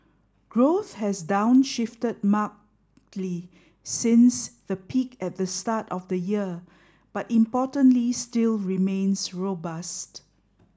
growth has downshifted since the peak at the start of the year but importantly still remains robust